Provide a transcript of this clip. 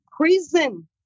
prison